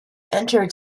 entered